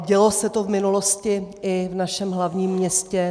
Dělo se to v minulosti i v našem hlavním městě.